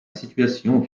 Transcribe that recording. situation